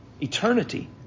Eternity